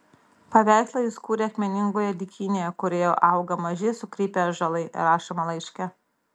paveikslą jis kūrė akmeningoje dykynėje kurioje auga maži sukrypę ąžuolai rašoma laiške